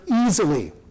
easily